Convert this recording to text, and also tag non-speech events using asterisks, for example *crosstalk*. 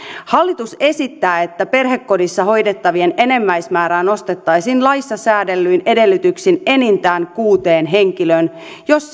hallitus esittää että perhekodissa hoidettavien enimmäismäärä nostettaisiin laissa säädellyin edellytyksin enintään kuuteen henkilöön jos *unintelligible*